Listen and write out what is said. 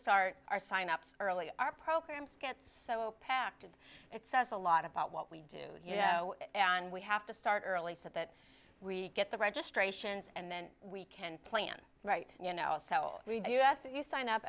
start our sign ups early our programs get so packed and it says a lot about what we do you know and we have to start early so that we get the registrations and then we can plan right you know we do ask that you sign up